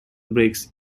breaks